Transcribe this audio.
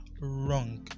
wrong